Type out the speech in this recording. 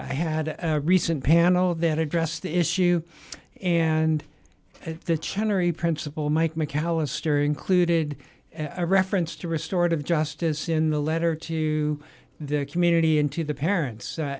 i had a recent panel that addressed the issue and the cherry principal mike mcallister included a reference to restored of justice in the letter to the community into the parents